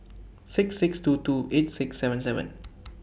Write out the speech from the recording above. six six two two eight six seven seven